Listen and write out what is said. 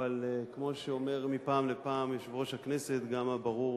אבל כמו שאומר מפעם לפעם יושב-ראש הכנסת, גם הברור